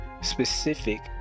specific